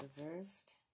reversed